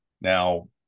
now